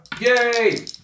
yay